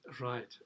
Right